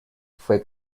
fue